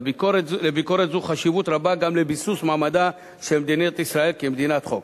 לביקורת זו חשיבות רבה גם לביסוס מעמדה של מדינת ישראל כמדינת חוק.